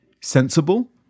sensible